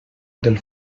del